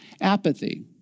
Apathy